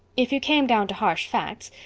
if you came down to harsh facts.